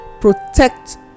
protect